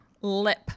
Lip